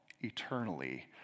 eternally